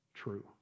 true